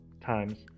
times